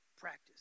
practice